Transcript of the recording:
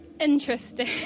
Interesting